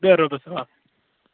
بیٚہہ رۅبَس حَوال